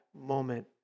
moment